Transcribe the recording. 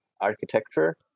architecture